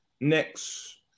next